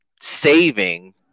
saving